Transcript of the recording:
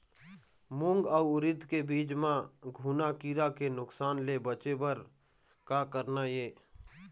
मूंग अउ उरीद के बीज म घुना किरा के नुकसान ले बचे बर का करना ये?